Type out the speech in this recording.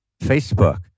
Facebook